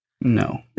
No